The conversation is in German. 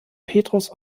petrus